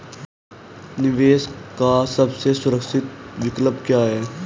निवेश का सबसे सुरक्षित विकल्प क्या है?